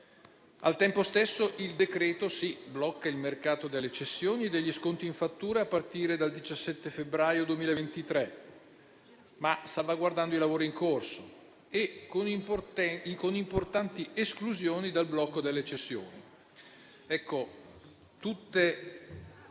Al tempo stesso il decreto-legge blocca il mercato delle cessioni e degli sconti in fattura a partire dal 17 febbraio 2023, ma salvaguardando i lavori in corso e con importanti esclusioni dal blocco delle cessioni.